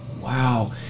Wow